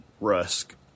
Rusk